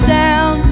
down